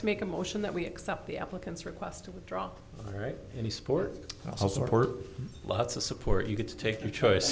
to make a motion that we accept the applicant's request to withdraw all right any support i'll support lots of support you could take your choice